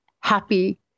happy